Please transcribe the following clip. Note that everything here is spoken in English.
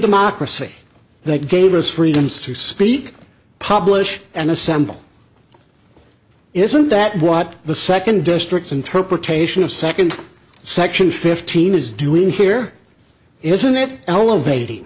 democracy that gave us freedoms to speak publish and assemble isn't that what the second district's interpretation of second section fifteen is doing here isn't it elevating